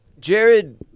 Jared